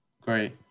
Great